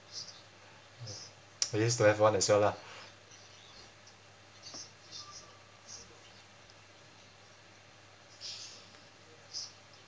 I used to have one as well lah